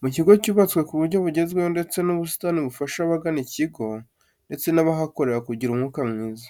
Mu kigo cyubatswe ku buryo bugezweho, ndetse n'ubusitani bufasha abagana iki kigo ndetse n'abahakorera kugira umwuka mwiza.